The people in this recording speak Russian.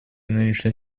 нынешней